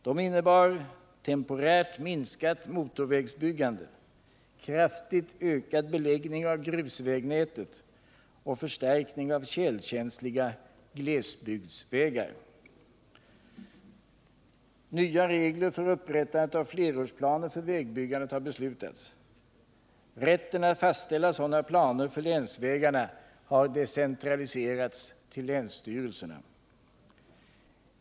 De innebär temporärt minskat motorvägsbyggande, kraftigt ökad beläggning av grusvägnätet och förstärkning av tjälkänsliga glesbygdsvägar. Nya regler för upprättandet av flerårsplaner för vägbyggandet har beslutats. Rätten att fastställa sådana planer för länsvägarna har decentraliserats till länsstyrelserna.